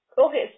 Okay